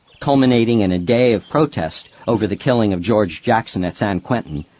culminating in a day of protest over the killing of george jackson at san quentin,